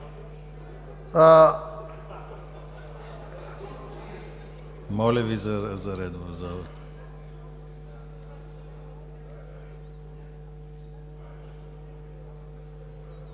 Моля Ви за ред в залата!